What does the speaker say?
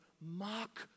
mock